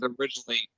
originally